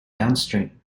downstream